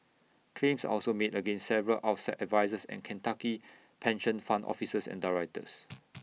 claims are also made against several outside advisers and Kentucky pension fund officers and directors